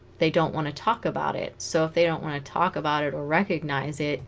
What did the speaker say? they don't want to talk about it so if they don't want to talk about it or recognize it